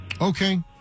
Okay